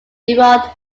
erode